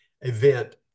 event